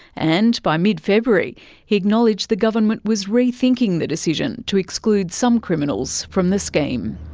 and by mid-february he acknowledged the government was rethinking the decision to exclude some criminals from the scheme.